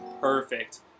perfect